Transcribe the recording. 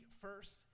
first